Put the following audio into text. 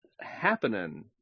happening